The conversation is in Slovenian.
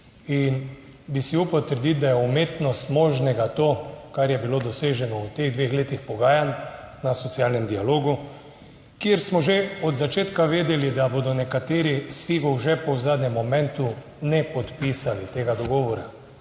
in bi si upal trditi, da je umetnost možnega to, kar je bilo doseženo v teh dveh letih pogajanj na socialnem dialogu, kjer smo že od začetka vedeli, da bodo nekateri s figo v žepu v zadnjem momentu ne podpisali tega dogovora,